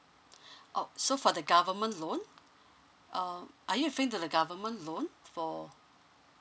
oh so for the government loan uh are you the government loan for